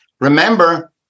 remember